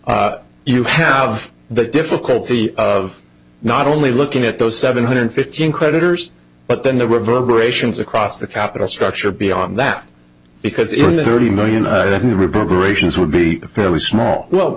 you have the difficulty of not only looking at those seven hundred fifteen creditors but then the reverberations across the capital structure beyond that because it is the million reverberations would be fairly small well